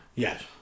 Yes